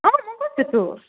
অঁ মই গৈছোতো